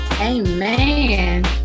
Amen